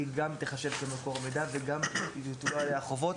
היא גם תיחשב כמקור מידע וגם יוטלו עליה החובות